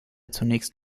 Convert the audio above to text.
zunächst